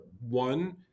One